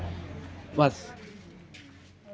बस